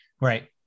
Right